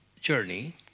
journey